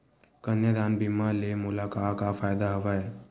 कन्यादान बीमा ले मोला का का फ़ायदा हवय?